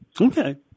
Okay